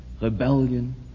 Rebellion